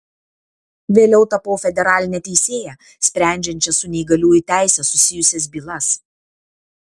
vėliau tapau federaline teisėja sprendžiančia su neįgaliųjų teise susijusias bylas